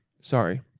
Sorry